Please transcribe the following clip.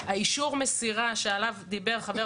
אישור המסירה שעליו דיבר חבר